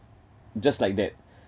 just like that